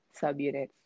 subunits